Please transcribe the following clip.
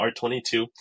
R22